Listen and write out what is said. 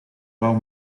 wou